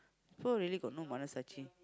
poor already got no